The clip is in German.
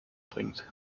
bringt